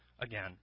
again